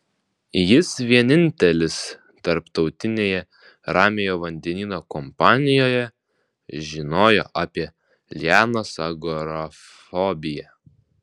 jis vienintelis tarptautinėje ramiojo vandenyno kompanijoje žinojo apie lianos agorafobiją